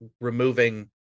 removing